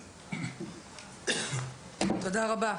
תודה רבה.